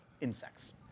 insects